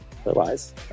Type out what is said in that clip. Otherwise